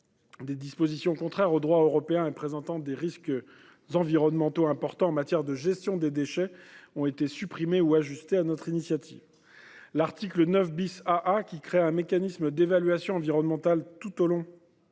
des dispositions contraires au droit européen et présentant des risques environnementaux importants en matière de gestion des déchets ont été supprimées ou ajustées sur notre initiative. L’article 9 AA, qui créait un mécanisme d’évaluation environnementale des projets d’intérêt